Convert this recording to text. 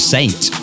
Saint